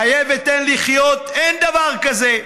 חיה ותן לחיות, אין דבר כזה.